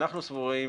אנחנו סבורים,